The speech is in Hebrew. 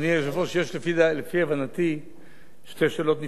אדוני היושב-ראש, לפי הבנתי, יש שתי שאלות נפרדות: